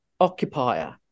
occupier